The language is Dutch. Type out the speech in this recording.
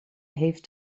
heeft